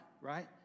right